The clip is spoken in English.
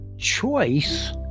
choice